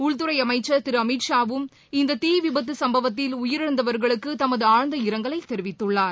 உள்துறை அமைச்சர் திரு அமித் ஷா வும் இந்த தீ விபத்து சும்பவத்தில் உயிரிழந்தவர்களுக்கு தமது ஆழ்ந்த இரங்கலை தெரிவித்துள்ளார்